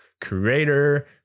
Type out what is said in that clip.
creator